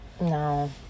No